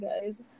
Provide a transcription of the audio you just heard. guys